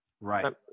right